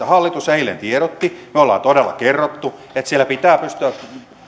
hallitus eilen tiedotti me olemme todella kertoneet että siellä pitää pystyä